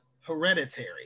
Hereditary